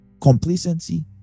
Complacency